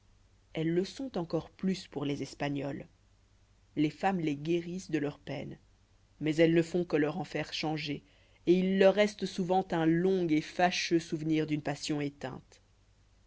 elles le sont encore plus pour les espagnols les femmes les guérissent de leurs peines mais elles ne font que leur en faire changer et il leur reste souvent un long et fâcheux souvenir d'une passion éteinte